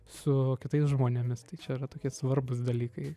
su kitais žmonėmis tai čia yra tokie svarbūs dalykai